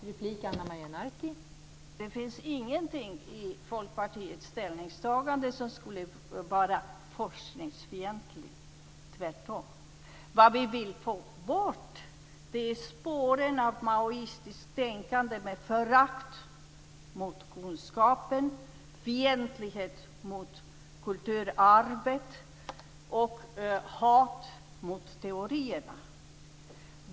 Fru talman! Det finns ingenting i Folkpartiets ställningstagande som är forskningsfientligt - tvärtom. Vad vi vill få bort är spåren av maoistiskt tänkande, med förakt för kunskapen, fientlighet mot kulturarvet och hat mot teorierna.